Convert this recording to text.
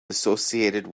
associated